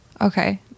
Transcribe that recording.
Okay